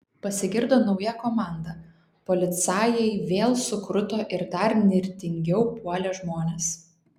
pasigirdo nauja komanda policajai vėl sukruto ir dar nirtingiau puolė žmones